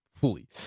fully